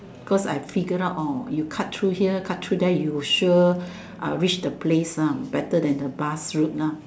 cause I figured out oh you cut through here cut through there you sure uh reach the place ah better than the bus route lah